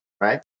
right